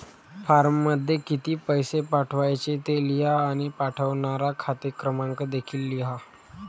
फॉर्ममध्ये किती पैसे पाठवायचे ते लिहा आणि पाठवणारा खाते क्रमांक देखील लिहा